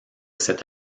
cet